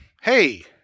hey